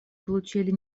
получили